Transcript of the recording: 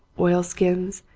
oilskins,